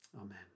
Amen